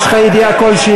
יש לך ידיעה כלשהי